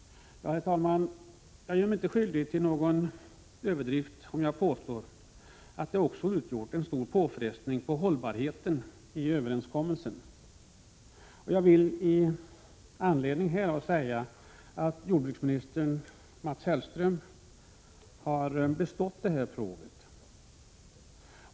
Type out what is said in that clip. Herr talman! Jag gör mig inte skyldig till någon överdrift om jag påstår att det också har utgjort en stor påfrestning på hållbarheten i överenskommelsen. Jag vill i anledning härav säga att jordbruksminister Mats Hellström har bestått provet.